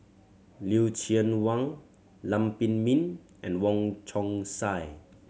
Lucien Wang Lam Pin Min and Wong Chong Sai